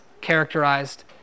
characterized